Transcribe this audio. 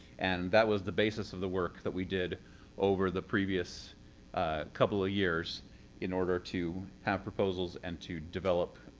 and that was the basis of the work that we did over the previous couple of years in order to have proposals and to develop